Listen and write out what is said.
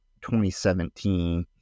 2017